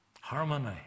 Harmony